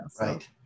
right